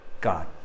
God